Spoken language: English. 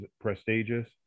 prestigious